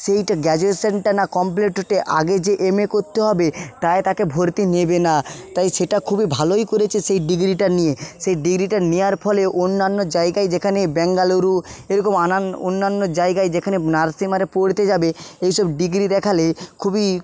সেইটা গ্রাজুয়েশনটা না কমপ্লিট হতে আগে যে এমএ করতে হবে তাই তাকে ভর্তি নেবে না তাই সেটা খুবই ভালোই করেছে সেই ডিগ্রিটা নিয়ে সেই ডিগ্রিটা নেওয়ার ফলে অন্যান্য জায়গায় যেখানে ব্যাঙ্গালুরু এরকম আনান অন্যান্য জায়গায় যেখানে নার্সিং আরে পড়তে যাবে এইসব ডিগ্রি দেখলে খুবই